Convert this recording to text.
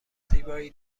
زیبایی